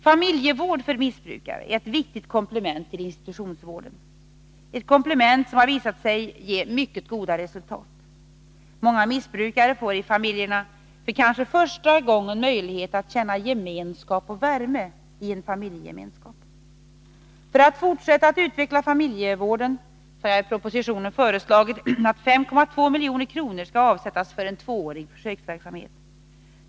Familjevård för missbrukare är ett viktigt komplement till institutionsvården, ett komplement som har visat sig ge mycket goda resultat. Många missbrukare får i familjerna, för kanske första gången, möjlighet att känna gemenskap och värme. För att fortsätta att utveckla familjevården har jag i propositionen föreslagit att 5,2 milj.kr. skall avsättas för en tvåårig försöksverksamhet.